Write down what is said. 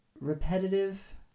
repetitive